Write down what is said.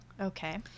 Okay